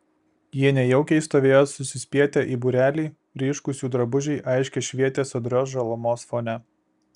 jie nejaukiai stovėjo susispietę į būrelį ryškūs jų drabužiai aiškiai švietė sodrios žalumos fone